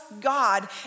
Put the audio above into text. God